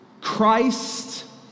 Christ